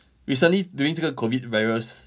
recently during 这个 COVID virus